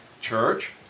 church